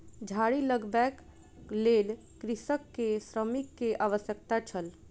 झाड़ी लगबैक लेल कृषक के श्रमिक के आवश्यकता छल